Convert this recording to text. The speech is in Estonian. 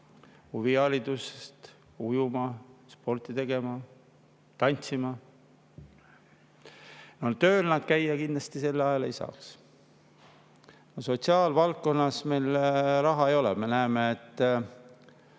huviharidusse, ujuma, sporti tegema, tantsima, siis tööl nad kindlasti käia sel ajal ei saaks. Sotsiaalvaldkonnas meil raha ei ole. Me näeme, et